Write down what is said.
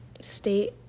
state